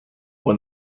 when